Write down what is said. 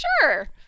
sure